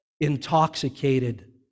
intoxicated